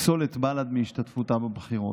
לפסול את בל"ד מהשתתפות בבחירות.